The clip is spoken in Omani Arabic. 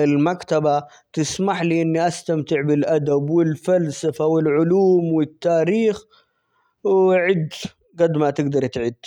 ،المكتبة تسمح لي اني استمتع بالأدب ،والفلسفة ،والعلوم ،والتاريخ و عد قد ما تقدر تعد.